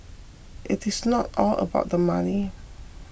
it is not all about the money